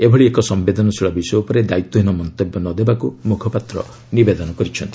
ଏଭଳି ଏକ ସମ୍ବେଦନଶୀଳ ବିଷୟ ଉପରେ ଦାୟିତ୍ୱହୀନ ମନ୍ତବ୍ୟ ନ ଦେବାକୁ ମୁଖପାତ୍ର ନିବେଦନ କରିଛନ୍ତି